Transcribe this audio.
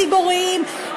ציבוריים.